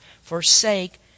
Forsake